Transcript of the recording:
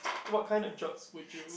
what kind of jobs would you